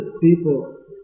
people